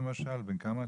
למשל, בן כמה אתה?